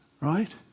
Right